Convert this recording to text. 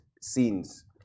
scenes